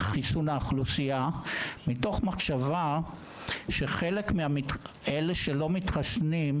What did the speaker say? חיסון האוכלוסייה מתוך מחשבה שחלק מאלה שלא מתחסנים,